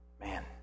Man